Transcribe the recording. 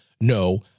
no